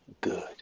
good